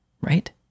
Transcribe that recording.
right